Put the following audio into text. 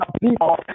people